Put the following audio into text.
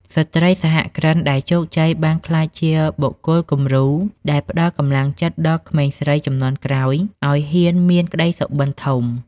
ស្ត្រីសហគ្រិនដែលជោគជ័យបានក្លាយជាបុគ្គលគំរូ ដែលផ្ដល់កម្លាំងចិត្តដល់ក្មេងស្រីជំនាន់ក្រោយឱ្យហ៊ានមានក្ដីសុបិនធំ។